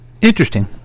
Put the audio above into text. Interesting